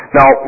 Now